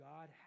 God